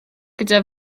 gyda